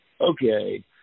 okay